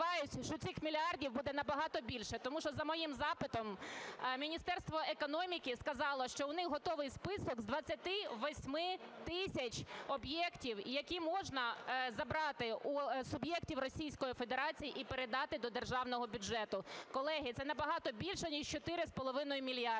сподіваюсь, що цих мільярдів буде набагато більше, тому що за моїм запитом Міністерство економіки сказало, що в них готовий список з 28 тисяч об'єктів, які можна забрати у суб'єктів Російської Федерації і передати до державного бюджету. Колеги, це набагато більше, ніж 4,5 мільярда.